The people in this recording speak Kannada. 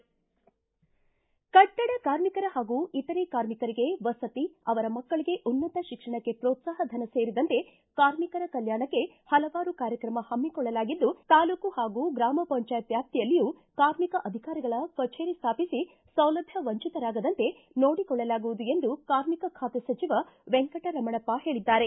ಕಟ್ಟಡ ಕಾರ್ಮಿಕರ ಹಾಗೂ ಇತರೆ ಕಾರ್ಮಿಕರಿಗೆ ವಸತಿ ಅವರ ಮಕ್ಕಳಿಗೆ ಉನ್ನತ ಶಿಕ್ಷಣಕ್ಕೆ ಪ್ರೋತ್ಲಾಹ ಧನ ಸೇರಿದಂತೆ ಕಾರ್ಮಿಕರ ಕಲ್ಕಾಣಕ್ಕೆ ಹಲವಾರು ಕಾರ್ಯಕ್ರಮ ಹಮ್ಮಿಕೊಳ್ಳಲಾಗಿದ್ದು ತಾಲೂಕು ಹಾಗೂ ಗ್ರಾಮ ಪಂಚಾಯತ್ ವ್ಯಾಪ್ತಿಯಲ್ಲಿಯೂ ಕಾರ್ಮಿಕ ಅಧಿಕಾರಿಗಳ ಕಚೇರಿ ಸ್ವಾಪಿಸಿ ಸೌಲಭ್ಯ ವಂಚಿತರಾಗದಂತೆ ನೋಡಿಕೊಳ್ಳಲಾಗುವುದು ಎಂದು ಕಾರ್ಮಿಕ ಖಾತೆ ಸಚಿವ ವೆಂಕಟರಮಣಪ್ಪ ಹೇಳಿದ್ದಾರೆ